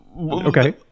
Okay